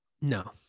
No